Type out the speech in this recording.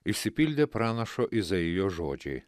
išsipildė pranašo izaijo žodžiai